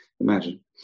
Imagine